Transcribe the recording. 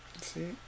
See